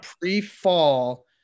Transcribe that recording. Pre-fall